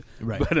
Right